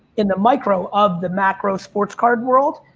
in the micro of the macro sports card world,